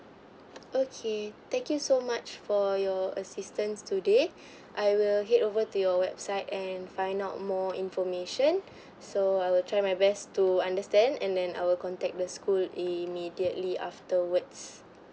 okay thank you so much for your assistance today I will head over to your website and find out more information so I will try my best to understand and then I will contact the school immediately afterwards